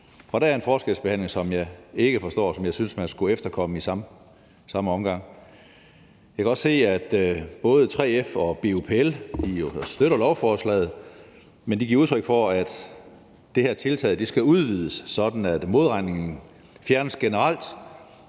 Der er en forskelsbehandling, som jeg ikke forstår, og som jeg synes man skulle gøre noget ved i samme omgang. Jeg kan også se, at både 3F og BUPL støtter lovforslaget, men de giver udtryk for, at det her tiltag skal udvides, sådan at modregningen fjernes generelt